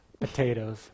Potatoes